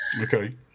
Okay